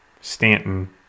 Stanton